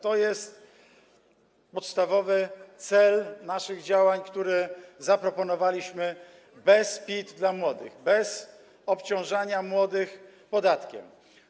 To jest podstawowy cel naszych działań, który zaproponowaliśmy: bez PIT dla młodych, bez obciążania młodych podatkiem.